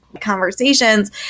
conversations